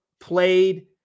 played